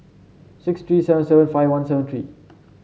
six three seven seven five one seven three